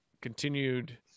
continued